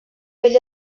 vell